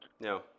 no